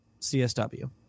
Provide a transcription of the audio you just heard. CSW